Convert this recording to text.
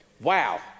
Wow